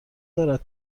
دارد